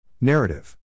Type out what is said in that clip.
Narrative